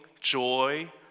joy